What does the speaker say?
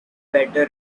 better